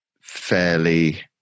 fairly